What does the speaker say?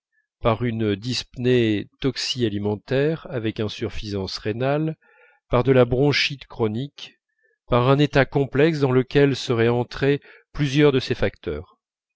par une dyspnée toxi alimentaire avec insuffisance rénale par de la bronchite chronique par un état complexe dans lequel seraient entrés plusieurs de ces facteurs